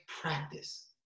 practice